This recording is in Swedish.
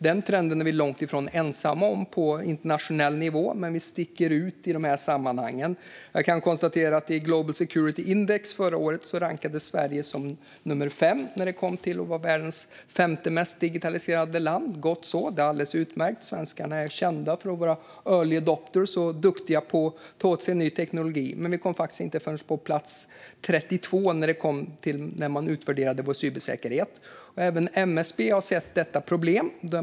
Den trenden är vi långt ifrån ensamma om på internationell nivå, men vi sticker ut i sammanhanget. I Global Security Index förra året rankades Sverige som världens femte mest digitaliserade land. Gott så - det är alldeles utmärkt. Svenskarna är kända för att vara early adopters och duktiga på att ta till sig ny teknologi. Men när man utvärderade vår cybersäkerhet kom vi faktiskt inte förrän på plats 32. Även MSB har sett detta problem.